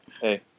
hey